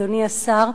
אדוני השר,